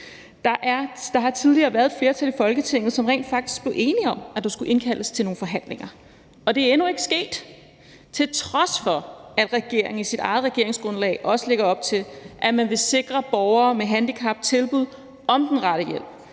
Der har tidligere været et flertal i Folketinget, som rent faktisk blev enige om, at der skulle indkaldes til nogle forhandlinger, og det er endnu ikke sket, til trods for at regeringen i sit eget regeringsgrundlag også lægger op til, at man vil sikre borgere med handicap tilbud om den rette hjælp,